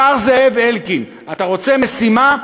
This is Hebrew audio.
השר זאב אלקין, אתה רוצה משימה?